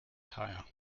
tyre